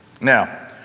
Now